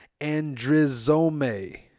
andrizome